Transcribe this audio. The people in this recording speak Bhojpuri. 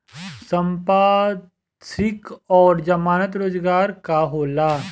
संपार्श्विक और जमानत रोजगार का होला?